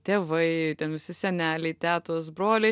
tėvai ten visi seneliai tetos broliai